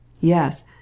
Yes